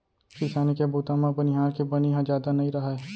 किसानी के बूता म बनिहार के बनी ह जादा नइ राहय